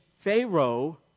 Pharaoh